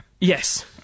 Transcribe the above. Yes